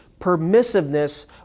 permissiveness